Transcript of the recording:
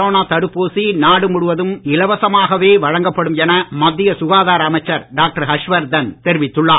corona தடுப்பூசி நாடு முழுவதும் இலவசமாகவே வழங்கப்படும் என மத்திய சுகாதார அமைச்சர் டாக்டர் ஹர்ஷ் வர்தன் தெரிவித்துள்ளார்